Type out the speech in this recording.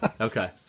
okay